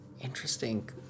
Interesting